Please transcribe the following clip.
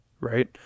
right